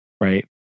right